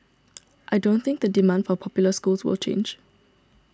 I don't think the demand for popular schools will change